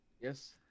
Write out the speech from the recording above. yes